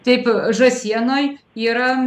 taip žąsienoj yra